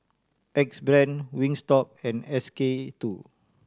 Axe Brand Wingstop and S K Two